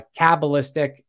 Kabbalistic